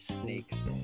snakes